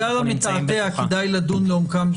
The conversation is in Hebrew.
כן, אז בגלל המתעתע כדאי לדון לעומק.